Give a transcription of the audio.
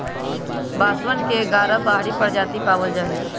बांसवन के ग्यारह बाहरी प्रजाति पावल जाहई